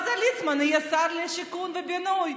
אז ליצמן יהיה שר לשיכון ובינוי.